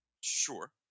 Sure